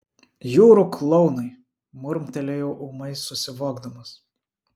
jūrų klounai murmtelėjau ūmai susivokdamas